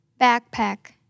Backpack